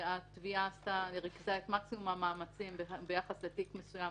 התביעה ריכזה את מקסימום המאמצים ביחס לתיק מסוים.